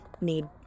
need